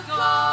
go